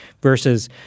versus